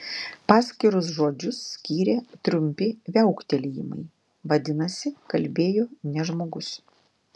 paskirus žodžius skyrė trumpi viauktelėjimai vadinasi kalbėjo ne žmogus